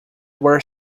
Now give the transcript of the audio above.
were